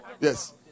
Yes